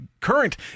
current